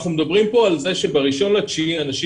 אנחנו מדברים כאן על כך שב-1 בספטמבר אנשים